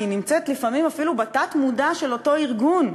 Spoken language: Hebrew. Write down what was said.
כי היא נמצאת לפעמים אפילו בתת-מודע של אותו ארגון.